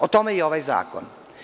O tome je ovaj zakon.